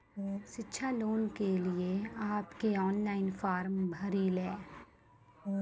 शिक्षा लोन के लिए आप के ऑनलाइन फॉर्म भरी ले?